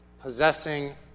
possessing